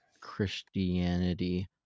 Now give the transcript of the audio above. Christianity